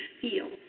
feel